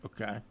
okay